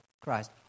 Christ